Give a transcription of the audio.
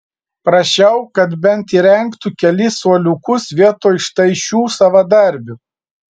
prašiau kad bent įrengtų kelis suoliukus vietoj štai šių savadarbių